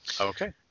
Okay